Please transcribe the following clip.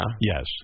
Yes